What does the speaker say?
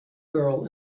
girl